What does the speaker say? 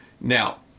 Now